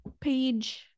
page